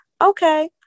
okay